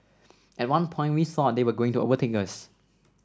at one point we thought they were going to overtake us